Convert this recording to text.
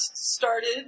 started